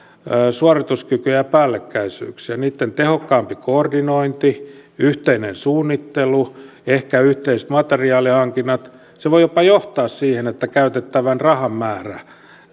suorituskykyjen päällekkäisyyksiä niitten tehokkaampi koordinointi yhteinen suunnittelu ehkä yhteiset materiaalihankinnat voivat johtaa siihen että käytettävän rahan määrä